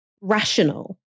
rational